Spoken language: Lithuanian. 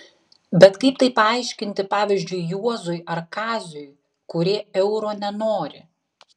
bet kaip tai paaiškinti pavyzdžiui juozui ar kaziui kurie euro nenori